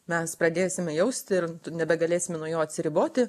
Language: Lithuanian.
mes pradėsime jausti ir nebegalėsim nuo jo atsiriboti